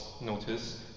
notice